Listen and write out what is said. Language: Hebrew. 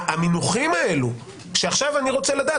המינוחים האלו עכשיו אני רוצה לדעת